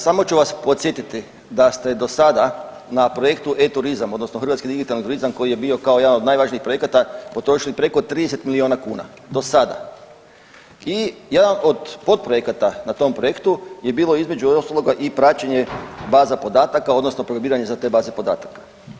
Samo ću vas podsjetiti da ste do sada na projektu e-turizam odnosno hrvatski digitalni turizam koji je bio kao jedan od najvažnijih projekata potrošili preko 30 milijuna kuna do sada i jedan od podprojekata na tom projektu je bilo između ostaloga i praćenje baza podataka odnosno … za te baze podataka.